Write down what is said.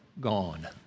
gone